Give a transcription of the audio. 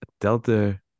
Delta